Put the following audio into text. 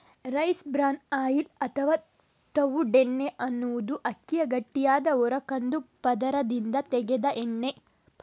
rice bran oil ಅಥವಾ ತವುಡೆಣ್ಣೆ ಅನ್ನುದು ಅಕ್ಕಿಯ ಗಟ್ಟಿಯಾದ ಹೊರ ಕಂದು ಪದರದಿಂದ ತೆಗೆದ ಎಣ್ಣೆ